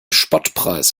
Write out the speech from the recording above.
spottpreis